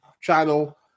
channel